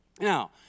Now